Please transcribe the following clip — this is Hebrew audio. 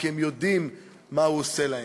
כי הם יודעים מה הוא עושה להם.